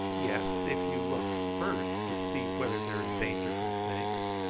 yes, if you look first to see whether there is danger from snakes.